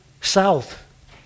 south